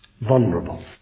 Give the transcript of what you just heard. vulnerable